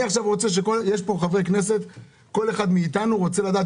יש פה חברי כנסת רבים וכל אחד רוצה לדעת